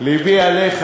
לבי עליך.